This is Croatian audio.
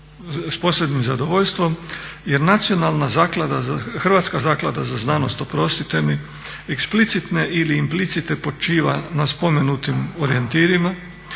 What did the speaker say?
Hrvatska zaklada za znanost eksplicite ili implicite počiva na spomenutim orijentirima,